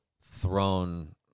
thrown